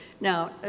Now